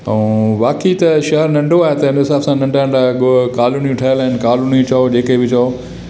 ऐं बाक़ी त शहेर नंढो आहे त हिन हिसाब सां नंढा नंढा को कालॉनी ठहियल आहिनि कालॉनी चओ जेके बि चओ